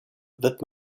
wird